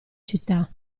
città